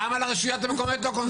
למה את הרשויות המקומיות לא קונסים אותן?